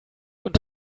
und